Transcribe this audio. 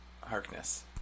Harkness